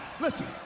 Listen